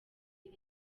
iri